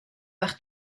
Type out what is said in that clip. par